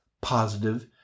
positive